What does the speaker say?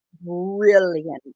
brilliant